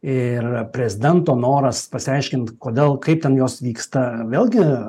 ir prezidento noras pasiaiškint kodėl kaip ten jos vyksta vėlgi